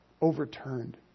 overturned